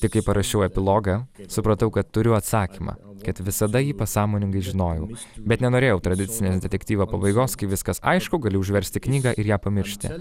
tik kai parašiau epilogą supratau kad turiu atsakymą kad visada jį pasąmoningai žinojau bet nenorėjau tradicinės detektyvo pabaigos kai viskas aišku gali užversti knygą ir ją pamiršti